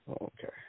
Okay